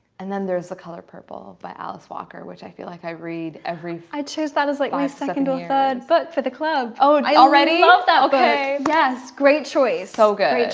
and then there's the color purple by alice walker which i feel like i read every i chose that is like my second or third but for the club, oh, and i already love that. okay. yes great choice so good.